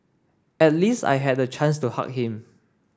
at least I had a chance to hug him